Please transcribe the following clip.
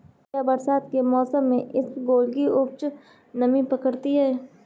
क्या बरसात के मौसम में इसबगोल की उपज नमी पकड़ती है?